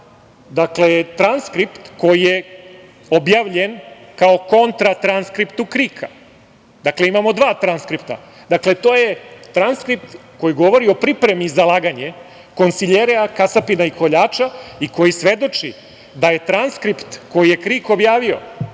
Dakle, transkript koji je objavljen kao kontra transkriptu KRIK-a, imamo dva transkripta. Dakle, to je transkript koji govori o pripremi za laganje konsiljerea, kasapina i koljača i koji svedoči da je transkript koji je KRIK objavio